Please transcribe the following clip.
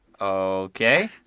Okay